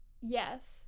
Yes